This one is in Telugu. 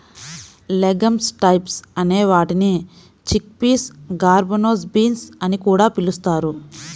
లెగమ్స్ టైప్స్ అనే వాటిని చిక్పీస్, గార్బన్జో బీన్స్ అని కూడా పిలుస్తారు